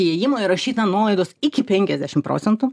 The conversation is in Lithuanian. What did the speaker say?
įėjimo įrašyta nuolaidos iki penkiasdešimt procentų